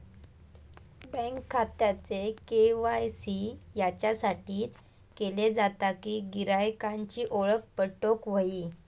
bank खात्याचे KYC याच्यासाठीच केले जाता कि गिरायकांची ओळख पटोक व्हयी